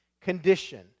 condition